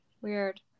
weird